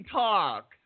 talk